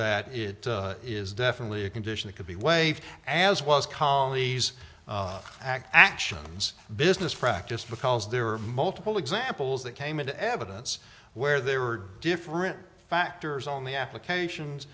that it is definitely a condition that could be waived as well as collies act actions business practices because there are multiple examples that came into evidence where there are different factors only applications